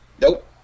Nope